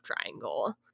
triangle